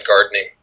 gardening